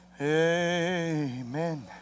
Amen